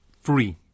free